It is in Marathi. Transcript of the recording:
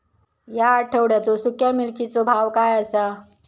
या आठवड्याचो सुख्या मिर्चीचो भाव काय आसा?